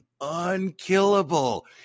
unkillable